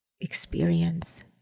experience